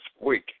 week